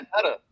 better